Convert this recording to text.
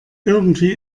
irgendwie